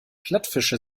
plattfische